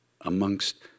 amongst